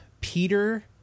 Peter